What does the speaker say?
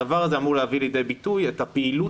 הדבר הזה אמור להביא לידי ביטוי את הפעילות